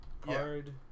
card